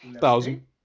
Thousand